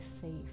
safe